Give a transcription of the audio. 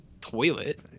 toilet